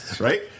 right